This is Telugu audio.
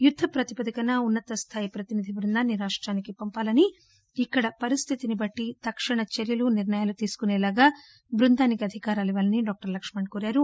యుద్ద ప్రాతిపదికన ఉన్న తస్దాయి ప్రతినిధి బృందాన్ని రాష్టానికి పంపాలని ఇక్కడ పరిస్థితిని బట్టి తక్షణ చర్యలు నిర్ణయాలు తీసుకుసేలా బృందానికి అధికారాలివ్వాలని డాక్టర్ లక్ష్మణ్ కోరారు